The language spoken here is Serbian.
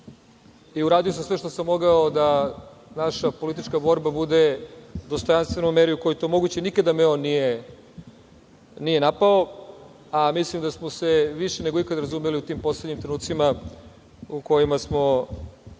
i uradio sam sve što sam mogao da naša politička borba bude dostojanstvena u meri u kojoj je to moguće i nikada me on nije napao, a mislim da smo se više nego ikada razumeli u tim poslednjim trenucima u kojima smo